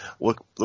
Look